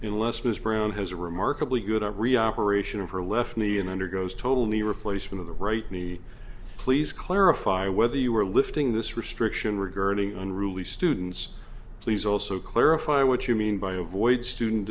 unless ms brown has a remarkably good every operation of her left knee and undergoes total knee replacement of the right knee please clarify whether you are lifting this restriction regarding unruly students please also clarify what you mean by avoid student